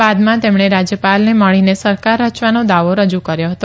બાદમાં તેમણે રાજયપાલને મળીને સરકાર રચવાનો દાવો રજુ કર્યો હતો